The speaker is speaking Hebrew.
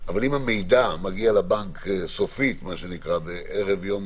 אבל אם המידע מגיע לבנק סופית בערב יום